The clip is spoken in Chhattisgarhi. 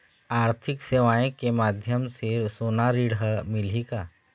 आरथिक सेवाएँ के माध्यम से सोना ऋण हर मिलही का?